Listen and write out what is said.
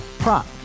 Prop